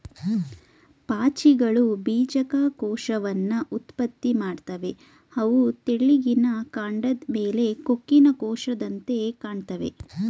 ಪಾಚಿಗಳು ಬೀಜಕ ಕೋಶವನ್ನ ಉತ್ಪತ್ತಿ ಮಾಡ್ತವೆ ಅವು ತೆಳ್ಳಿಗಿನ ಕಾಂಡದ್ ಮೇಲೆ ಕೊಕ್ಕಿನ ಕೋಶದಂತೆ ಕಾಣ್ತಾವೆ